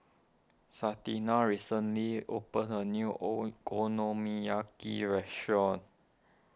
Santina recently opened a new Okonomiyaki restaurant